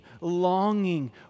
longing